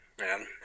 man